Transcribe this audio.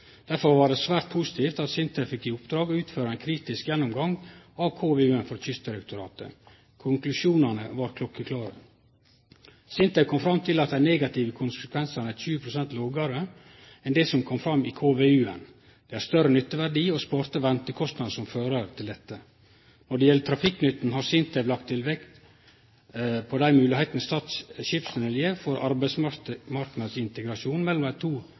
Derfor var det svært positivt at SINTEF fekk i oppdrag å utføre ein kritisk gjennomgang av KVU-en frå Kystdirektoratet. Konklusjonane var klokkeklare. SINTEF kom fram til at dei negative kostnadane er 20 pst. lågare enn det som kom fram i KVU-en. Det er større nytteverdi og sparte ventekostnader som fører til dette. Når det gjeld trafikknytten, har SINTEF lagt vekt på dei moglegheitene Stad skipstunnel gjev for arbeidsmarknadsintegrasjon mellom